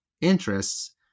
interests